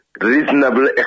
reasonable